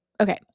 okay